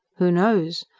who knows!